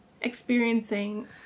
experiencing